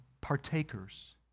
partakers